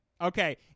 Okay